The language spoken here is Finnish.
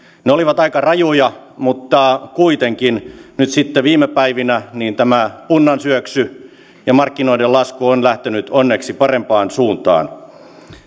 ne olivat aika rajuja mutta kuitenkin nyt sitten viime päivinä tämä punnan syöksy ja markkinoiden lasku on lähtenyt onneksi parempaan suuntaan